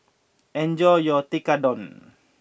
enjoy your Tekkadon